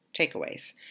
takeaways